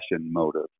motive